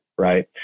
Right